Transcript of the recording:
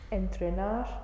entrenar